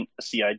CID